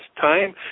time